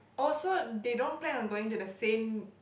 oh so they don't plan on going to the same